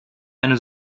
eine